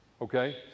okay